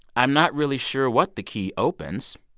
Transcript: i'm not really sure what the key opens.